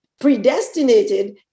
predestinated